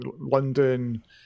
London